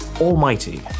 Almighty